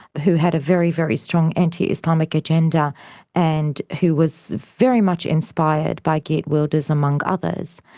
who had a very, very strong anti-islamic agenda and who was very much inspired by geert wilders, among others.